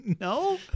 No